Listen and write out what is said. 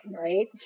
right